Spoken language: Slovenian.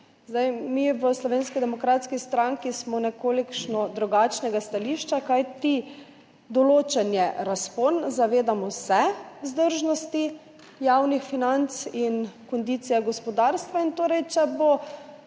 – mi v Slovenski demokratski stranki smo nekoliko drugačnega stališča, kajti določen je razpon. Zavedamo se vzdržnosti javnih financ in kondicije gospodarstva in torej, če bodo